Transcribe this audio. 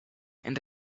and